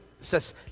says